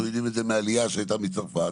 אנחנו יודעים את זה מהעלייה שהייתה מצרפת,